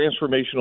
transformational